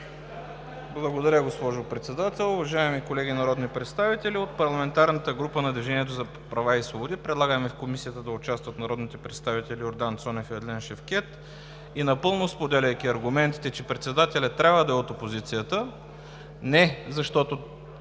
Благодаря, госпожо Председател. Уважаеми колеги народни представители, от парламентарната група на „Движеното за права и свободи“ предлагаме в Комисията да участват народните представители Йордан Цонев и Адлен Шевкед. И напълно споделяйки аргументите, че председателят трябва да е от опозицията не защото